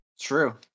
true